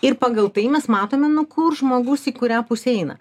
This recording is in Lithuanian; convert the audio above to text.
ir pagal tai mes matome nu kur žmogus į kurią pusę eina